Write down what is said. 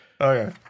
Okay